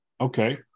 Okay